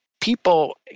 people